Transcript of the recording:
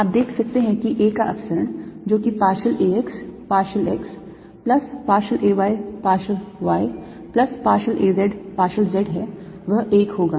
आप देख सकते हैं कि A का अपसरण जो कि partial A x partial x plus partial A y partial y plus partial A z partial z है वह 1 होगा